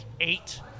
eight